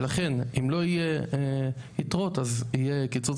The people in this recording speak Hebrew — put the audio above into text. ולכן אם לא יהיו יתרות אז יהיה קיצוץ